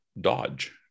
dodge